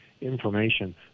information